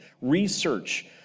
research